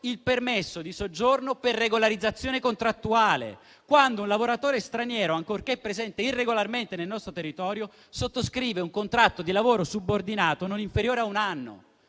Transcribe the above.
il permesso di soggiorno per regolarizzazione contrattuale, quando un lavoratore straniero, ancorché presente irregolarmente nel nostro territorio, sottoscrive un contratto di lavoro subordinato non inferiore a un anno.